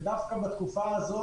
ודווקא בתקופה הזאת,